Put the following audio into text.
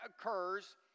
occurs